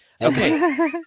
Okay